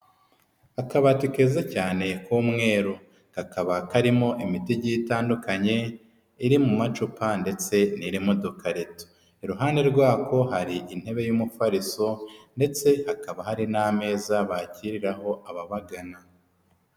Akabati keza cyane ku'umweru, kakaba karimo imiti igiye itandukanye iri mu macupa ndetse n'iri mu dukarito, iruhande rwako hari intebe y'umufariso ndetse hakaba hari n'ameza bakiriraho ababagana.